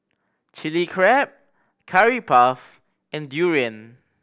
Chilli Crab Curry Puff and durian